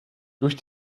durch